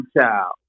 Child